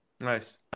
nice